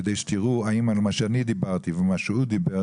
כדי שתראו האם במה שאני דיברתי ומה שהוא דיבר